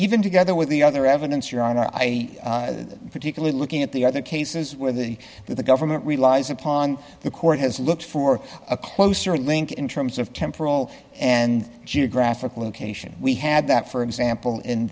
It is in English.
even together with the other evidence your honor i particularly looking at the other cases where the the government relies upon the court has looked for a closer link in terms of temporal and geographic location we had that for example in